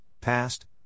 past